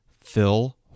Phil